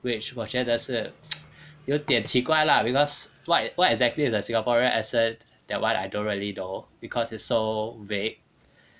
which 我觉得是 有点奇怪 lah because what what exactly is a singaporean accent that [one] I don't really know because it's so vague